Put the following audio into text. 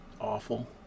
awful